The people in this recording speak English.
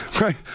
Right